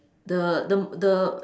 the the the